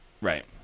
Right